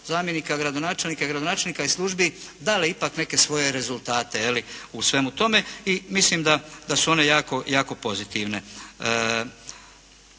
i gradonačelnika i službi dale ipak neke svoje rezultate u svemu tome i mislim da su one jako pozitivne.